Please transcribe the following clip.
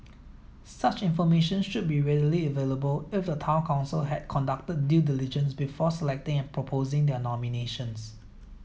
such information should be readily available if the town council had conducted due diligence before selecting and proposing their nominations